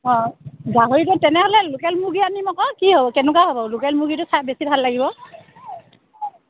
অ' গাহৰিটো তেনেহ'লে লোকেল মুৰ্গী আনিম আকৌ কি হ'ব কেনেকুৱা হ'ব লোকেল মুৰ্গীটো খাই বেছি ভাল লাগিব